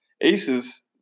aces